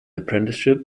apprenticeship